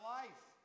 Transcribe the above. life